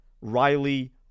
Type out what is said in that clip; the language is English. Riley